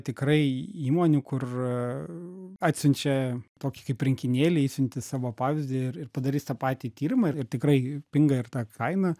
tikrai įmonių kur atsiunčia tokį kaip rinkinėlį išsiunti savo pavyzdį ir ir padarys tą patį tyrimą ir tikrai pinga ir ta kaina